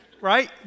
right